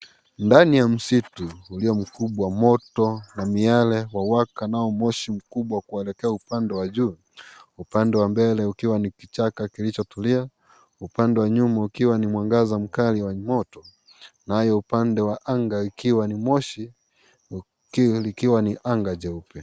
Ndani ya msitu ulio mkubwa, moto wa miale wawaka nao moshi mkubwa kuelekea upande wa juu. Upande wa mbele ukiwa ni kichaka kilichotulia, upande wa nyuma ukiwa ni mwangaza mkali wa moto, nayo upande wa anga ikiwa ni moshi likiwa ni anga jeupe.